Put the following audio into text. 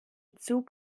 zug